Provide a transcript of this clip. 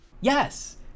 Yes